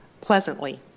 pleasantly